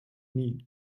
nie